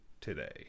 today